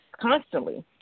constantly